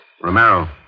Romero